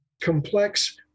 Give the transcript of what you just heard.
complex